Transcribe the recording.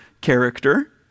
character